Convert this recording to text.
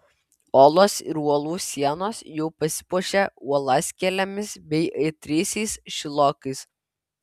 olos ir uolų sienos jau pasipuošė uolaskėlėmis bei aitriaisiais šilokais